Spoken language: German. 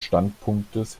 standpunktes